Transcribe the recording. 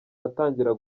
atangira